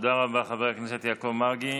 תודה רבה, חבר הכנסת יעקב מרגי.